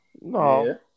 No